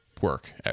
work